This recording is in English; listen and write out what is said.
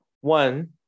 One